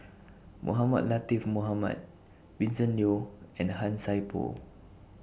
Mohamed Latiff Mohamed Vincent Leow and Han Sai Por